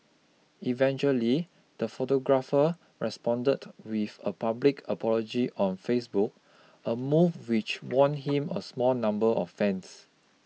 eventually the photographer responded with a public apology on Facebook a move which won him a small number of fans